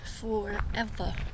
forever